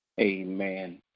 Amen